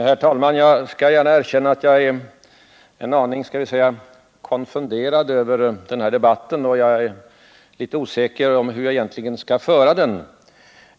Herr talman! Jag skall gärna erkänna att jag är en aning konfunderad över debatten och litet osäker om hur jag egentligen skall föra den.